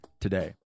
today